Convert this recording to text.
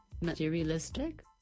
materialistic